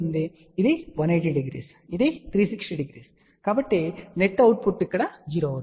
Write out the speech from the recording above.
సరే ఇది 180 డిగ్రీలు ఇది 360 డిగ్రీలు కాబట్టి నెట్ అవుట్పుట్ ఇక్కడ 0 అవుతుంది